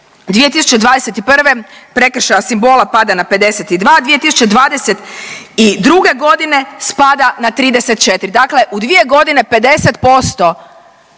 2021. prekršaja simbola pada na 52, 2022. godine spada na 34, dakle u 2 godine 50%